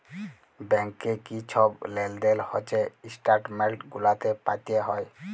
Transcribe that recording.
ব্যাংকে কি ছব লেলদেল হছে ইস্ট্যাটমেল্ট গুলাতে পাতে হ্যয়